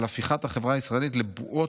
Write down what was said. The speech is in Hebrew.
על הפיכת החברה הישראלית לבועות,